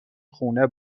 خونه